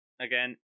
again